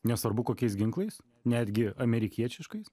nesvarbu kokiais ginklais netgi amerikiečiškais